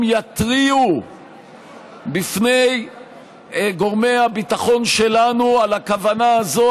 יתריעו בפני את גורמי הביטחון שלנו על הכוונה הזאת,